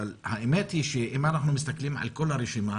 אבל האמת היא שאם אנחנו מסתכלים על כל הרשימה,